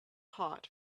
hot